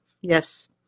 Yes